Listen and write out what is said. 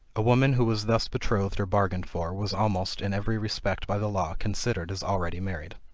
a woman who was thus betrothed or bargained for, was almost in every respect by the law considered as already married.